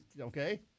Okay